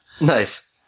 Nice